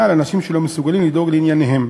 על אנשים שלא מסוגלים לדאוג לענייניהם.